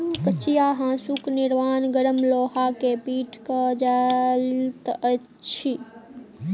कचिया हाँसूक निर्माण गरम लोहा के पीट क कयल जाइत अछि